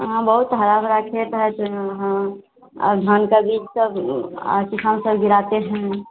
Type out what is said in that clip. हाँ बहुत हरा भरा खेत है इस हाँ और धान का बीज सब सब गिराते हैं